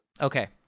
okay